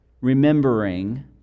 Remembering